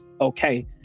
okay